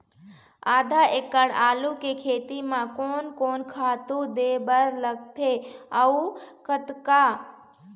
आधा एकड़ आलू के खेती म कोन कोन खातू दे बर लगथे अऊ कतका?